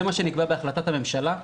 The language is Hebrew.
זה מה שנקבע בהחלטת הממשלה,